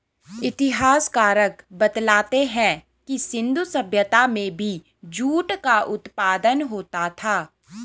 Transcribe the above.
इतिहासकार बतलाते हैं कि सिन्धु सभ्यता में भी जूट का उत्पादन होता था